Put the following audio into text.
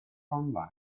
online